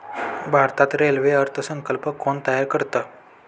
भारतात रेल्वे अर्थ संकल्प कोण तयार करतं?